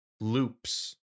loops